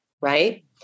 Right